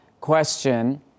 question